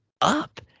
up